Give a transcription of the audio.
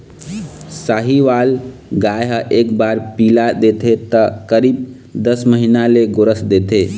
साहीवाल गाय ह एक बार पिला देथे त करीब दस महीना ले गोरस देथे